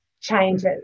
changes